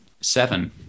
seven